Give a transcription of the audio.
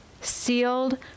sealed